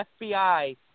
FBI